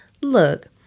Look